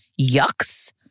yucks